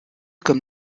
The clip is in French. comme